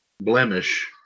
blemish